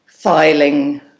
filing